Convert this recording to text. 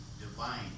divine